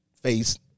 face